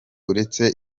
uretse